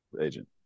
Agent